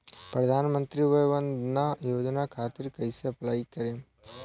प्रधानमंत्री वय वन्द ना योजना खातिर कइसे अप्लाई करेम?